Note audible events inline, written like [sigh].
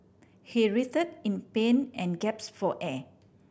he writhed in pain and [unintelligible] for air